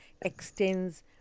extends